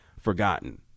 forgotten